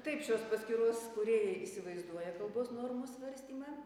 taip šios paskyros kūrėjai įsivaizduoja kalbos normų svarstymą